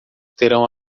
terão